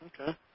Okay